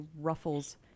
ruffles